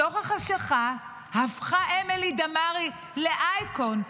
בתוך החשכה הפכה אמילי דמארי לאייקון,